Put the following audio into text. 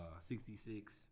66